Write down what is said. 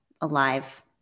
alive